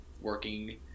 working